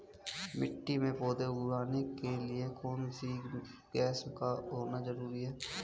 मिट्टी में पौधे उगाने के लिए कौन सी गैस का होना जरूरी है?